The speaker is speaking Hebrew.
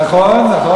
נכון, נכון.